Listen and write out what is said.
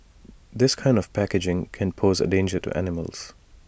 this kind of packaging can pose A danger to animals